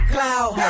Cloud